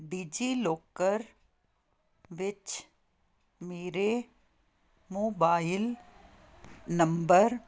DigiLocker ਵਿੱਚ ਮੇਰੇ mobile number